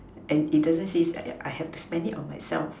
and it doesn't say that that I have to spend it on myself